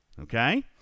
okay